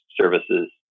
services